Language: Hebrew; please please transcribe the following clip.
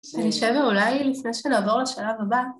אלישבע אולי לפני שנעבור לשלב הבא.